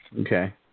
Okay